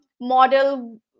model